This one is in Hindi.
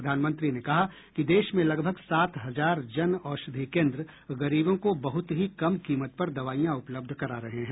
प्रधानमंत्री ने कहा कि देश में लगभग सात हजार जन औषधि केन्द्र गरीबों को बहत ही कम कीमत पर दवाईयां उपलब्ध करा रहे हैं